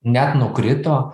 net nukrito